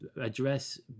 address